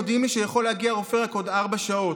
מודיעים לי שיכול להגיע רופא רק עוד ארבע שעות.